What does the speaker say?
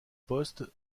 poste